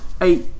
eight